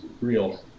real